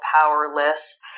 powerless